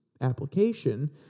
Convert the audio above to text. application